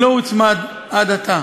לא הוצמד עד עתה.